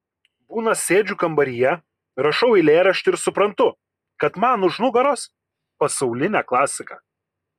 būna sėdžiu kambaryje rašau eilėraštį ir suprantu kad man už nugaros pasaulinė klasika